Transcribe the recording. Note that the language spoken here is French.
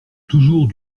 toujours